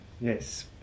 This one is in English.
Yes